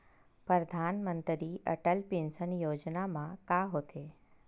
परधानमंतरी अटल पेंशन योजना मा का होथे?